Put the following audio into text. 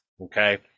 Okay